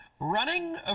Running